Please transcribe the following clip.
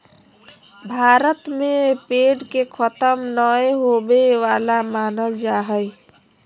भारत में पेड़ के खतम नय होवे वाला मानल जा हइ